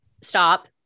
stop